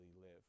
live